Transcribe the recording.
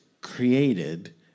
created